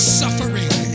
suffering